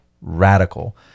radical